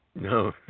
No